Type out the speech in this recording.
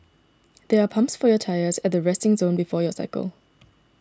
there are pumps for your tyres at the resting zone before you cycle